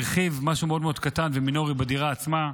הרחיב משהו מאוד מאוד קטן ומינורי בדירה עצמה,